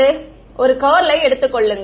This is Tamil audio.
மாணவர் ஒரு கர்லை எடுத்துக் கொள்ளுங்கள்